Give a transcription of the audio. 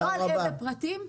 אני לא אלאה בפרטים,